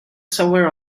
somewhere